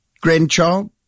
grandchild